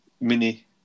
mini